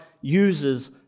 uses